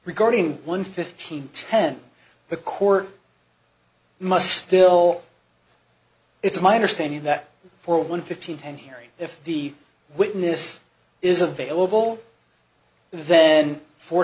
regarding one fifteen ten the court must still it's my understanding that for one fifteen and hearing if the witness is available then for